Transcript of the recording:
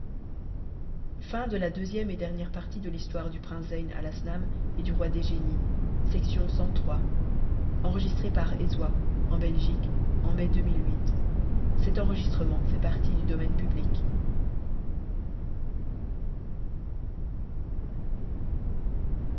et de là prirent la route de l'île du roi des génies